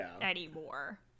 anymore